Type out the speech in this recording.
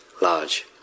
large